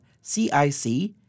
CIC